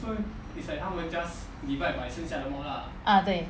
ah 对